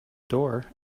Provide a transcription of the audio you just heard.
door